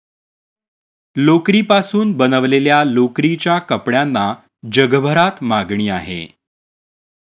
लोकरीपासून बनवलेल्या लोकरीच्या कपड्यांना जगभरात मागणी आहे